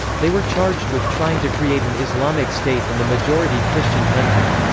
they were charged with trying to create an islamic state in the majority christian country.